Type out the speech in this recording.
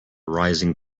rising